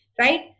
right